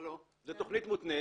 זו תכנית מותנית